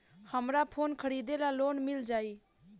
हमरा फोन खरीदे ला लोन मिल जायी?